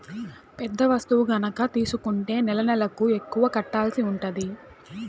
పెద్ద వస్తువు గనక తీసుకుంటే నెలనెలకు ఎక్కువ కట్టాల్సి ఉంటది